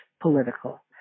political